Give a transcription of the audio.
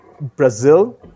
Brazil